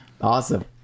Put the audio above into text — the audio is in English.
Awesome